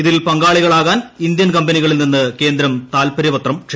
ഇതിൽ പങ്കാളികളാകാൻ ഇന്ത്യൻ കമ്പനികളിൽ നിന്ന് കേന്ദ്രം താൽപര്യ പത്രം ക്ഷണിച്ചു